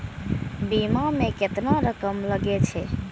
बीमा में केतना रकम लगे छै?